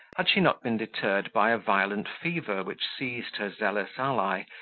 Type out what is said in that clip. had she not been deterred by a violent fever which seized her zealous ally,